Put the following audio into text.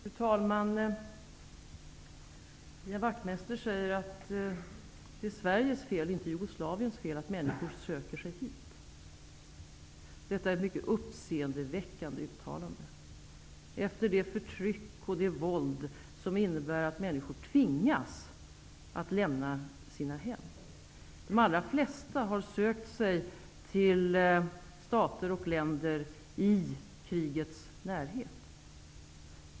Fru talman! Ian Wachtmeister säger att det är Sveriges, inte Jugoslaviens, fel att människor söker sig hit. Det är ett mycket uppseendeväckande uttalande mot bakgrund av det förtryck och det våld som finns och som innebär att människor tvingas lämna sina hem. De allra flesta har sökt sig till stater och länder i krigets närhet.